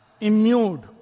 immured